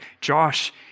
Josh